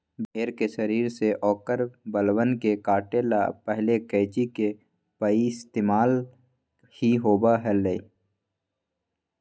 भेड़ के शरीर से औकर बलवन के काटे ला पहले कैंची के पइस्तेमाल ही होबा हलय